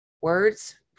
Words